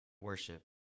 worship